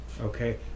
Okay